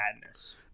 madness